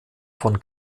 von